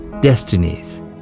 destinies